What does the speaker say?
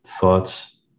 thoughts